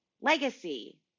legacy